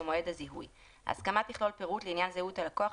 במועד הזיהוי; ההסכמה תכלול פירוט לעניין זהות הלקוח,